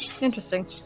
Interesting